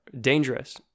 dangerous